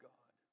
God